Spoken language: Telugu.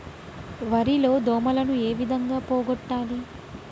వరి లో దోమలని ఏ విధంగా పోగొట్టాలి?